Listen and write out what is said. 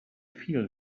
feel